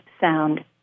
sound